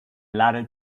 latter